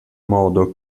modo